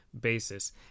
basis